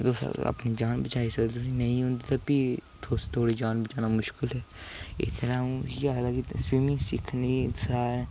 अपनी जान बचाई सकदे जे तुसैं गी नेई ओंदी ते फ्ही तुंदी जान बचाना थोह्ड़ी मुश्किल ऐ आउं इयै आखना कि स्विमिंग सिक्खनी सारें